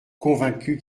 convaincus